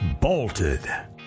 bolted